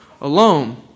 alone